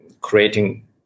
creating